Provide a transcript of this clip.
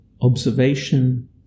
observation